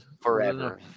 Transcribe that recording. Forever